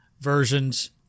versions